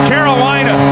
Carolina